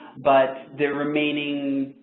but, the remaining,